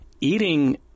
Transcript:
eating